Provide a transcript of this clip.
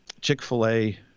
Chick-fil-A